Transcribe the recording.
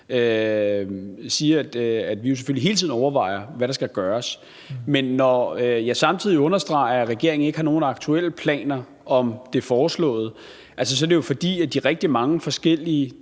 sagde, at vi selvfølgelig hele tiden overvejer, hvad der skal gøres. Men når jeg samtidig understreger, at regeringen ikke har nogen aktuelle planer om det foreslåede, er det jo, fordi vi mener, at de rigtig mange forskellige